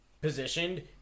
positioned